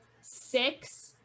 six